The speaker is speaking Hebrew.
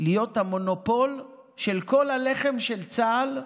להיות המונופול של כל הלחם של צה"ל.